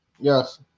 Yes